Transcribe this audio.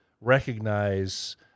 recognize